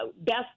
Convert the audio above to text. Best